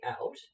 out